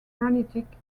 granitic